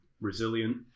resilient